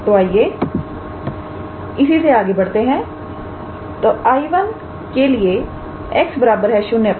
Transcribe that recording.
तो आइए इसी से आगे बढ़ते हैं तो 𝐼1 के लिए𝑥 0 पर